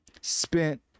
spent